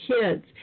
kids